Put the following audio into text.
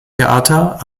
theater